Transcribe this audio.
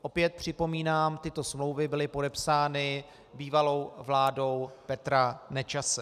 Opět připomínám, že tyto smlouvy byly podepsány bývalou vládou Petra Nečase.